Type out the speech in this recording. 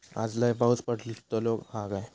आज लय पाऊस पडतलो हा काय?